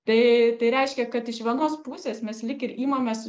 tai reiškia kad iš vienos pusės mes lyg ir imamės